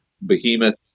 behemoth